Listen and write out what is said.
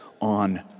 on